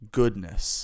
goodness